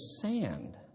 sand